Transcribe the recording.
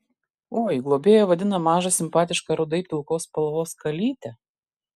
oi globėja vadina mažą simpatišką rudai pilkos spalvos kalytę